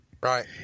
Right